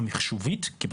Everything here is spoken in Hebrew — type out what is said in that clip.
כי,